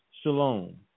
shalom